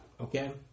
okay